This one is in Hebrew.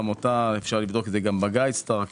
ואפשר לבדוק את זה גם ב-guide star.